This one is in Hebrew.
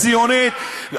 ציונית,